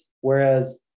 whereas